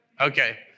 Okay